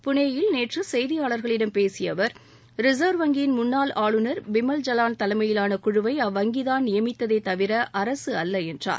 புனேயில் நேற்று செய்தியாளர்களிடம் பேசிய அவர் ரிசர்வ் வங்கியின் முன்னாள் ஆளுநர் பிமல் ஜலான் தலைமையிலான குழுவை அவ்வங்கிதான் நியமித்ததே தவிர அரசு அல்ல என்றார்